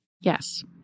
Yes